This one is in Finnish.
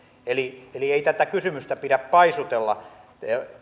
eli eli ei tätä kysymystä pidä paisutella